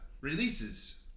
releases